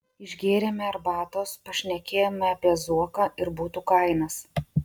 išgėrėme arbatos pašnekėjome apie zuoką ir butų kainas